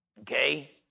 okay